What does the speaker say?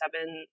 seven